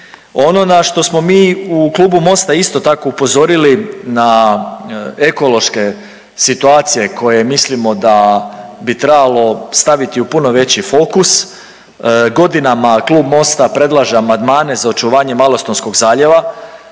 Ono na što smo mi u Klubu MOST-a isto tako upozorili na ekološke situacije koje mislimo da bi trebalo staviti u puno veći fokus, godinama Klub MOST-a predlaže amandmane za očuvanje Malostonskog zaljeva.